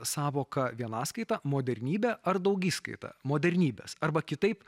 sąvoką vienaskaita modernybė ar daugiskaita modernybės arba kitaip